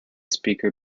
speaker